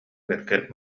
бэркэ